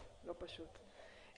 לא פשוט.